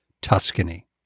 Tuscany